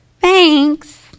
Thanks